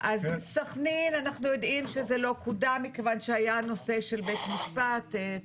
סכנין אנחנו יודעים שזה לא קודם מכיוון שהיה נושא של בית משפט.